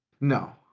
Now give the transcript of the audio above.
No